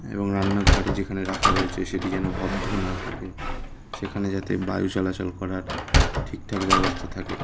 এবং রান্নাঘরে যেখানে রাখা রয়েছে সেটি যেন বদ্ধ না থাকে সেখানে যাতে বায়ু চলাচল করার ঠিকঠাক ব্যবস্থা থাকে